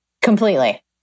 Completely